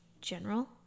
General